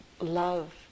love